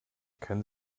können